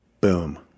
Boom